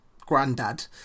granddad